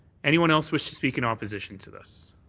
anyone else wish to speak in opposition to this?